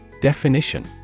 Definition